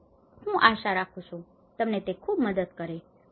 હું આશા રાખું છું આ તમને ખૂબ મદદ કરે આભાર